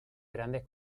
grandes